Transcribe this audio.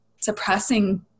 suppressing